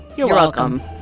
you're welcome